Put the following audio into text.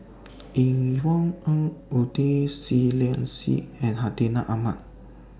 Yvonne Ng Uhde Seah Liang Seah and Hartinah Ahmad